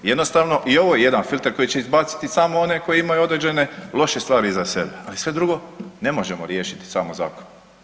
Jednostavno i ovo je jedan filter koji će izbaciti samo one koji imaju određene loše stvari iza sebe, ali sve drugo ne možemo riješiti samo zakonom.